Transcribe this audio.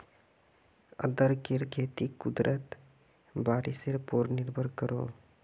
अदरकेर खेती कुदरती बारिशेर पोर निर्भर करोह